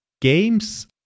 games